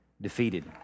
defeated